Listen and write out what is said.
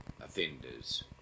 offenders